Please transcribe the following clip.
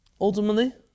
Ultimately